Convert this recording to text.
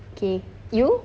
okay you